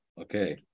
okay